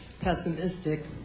pessimistic